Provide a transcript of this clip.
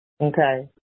Okay